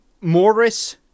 Morris –